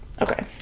Okay